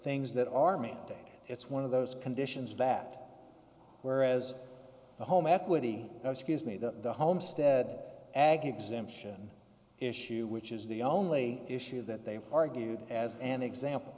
things that are mandated it's one of those conditions that whereas the home equity excuse me the homestead ag exemption issue which is the only issue that they argued as an example